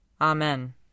Amen